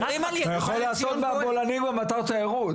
אתה יכול לעשות מהבולענים אתר תיירות,